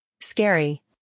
Scary